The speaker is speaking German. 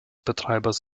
betreibers